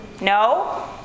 No